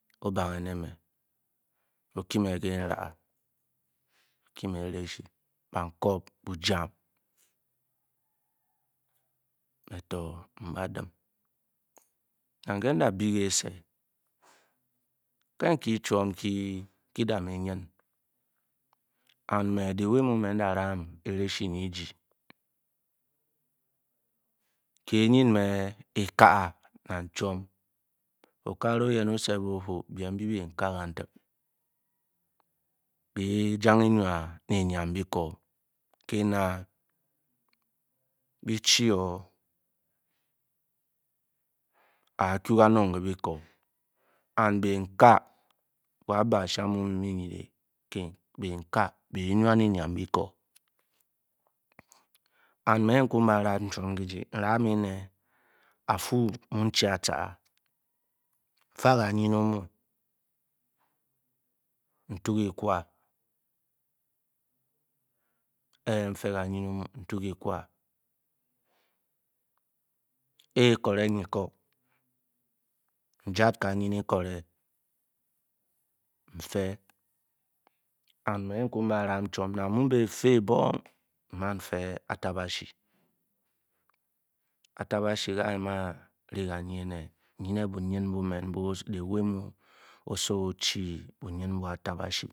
Obange ne' me' oki me kii ráá okime erashi bakop bujam metó nba dim. nang ke' nda bi ké kyise ke' nkyi chwon nky kyi da' me' nyn and the way mu me nda ram erashi nyi ji kii nyn me ekai' nang chwon. okagara oyeri o-cet be o'ja Biem nbyi bii káá bi Jang énwa ne enyam-byikó ke'na bi-chi-o áá ku kanong ke enyam Biko. and bii káá wo achuamu-mu bi mu-byi nyndeng biikáá bjnwa ne enyambiko. mé ekú ba' ram. a'jn a-mm-chi a'-cáá. n'fa kanyn-omu ntu kikwa èkware nyi-kóó njat kangh èkware nfe and me ku' ba' van n'nan Fe átábáshi. atábashi ke' a'mu'aring kanyi ere unyi ne bungu nbu' mén nbu' osowo o-chi mu atabashi